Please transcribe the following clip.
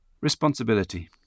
Responsibility